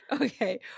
Okay